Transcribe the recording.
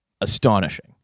astonishing